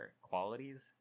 qualities